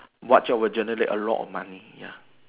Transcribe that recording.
what job would generate a lot of money ya